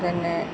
যেনে